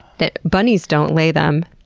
that bunnies don't lay them,